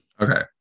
okay